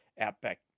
outback